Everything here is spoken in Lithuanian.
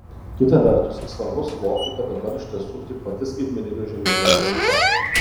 kita vertus svarbu suvokti kad dabar iš tiesų tik pati skaitmeninių žemėlapių aušra